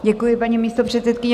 Děkuji, paní místopředsedkyně.